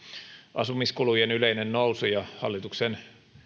asumiskulujen yleinen nousu ja hallituksen